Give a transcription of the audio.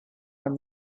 from